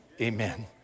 Amen